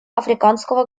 африканского